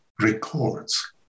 records